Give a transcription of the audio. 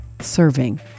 serving